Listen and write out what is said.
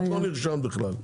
את לא נרשמת בכלל.